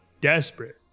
desperate